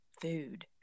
food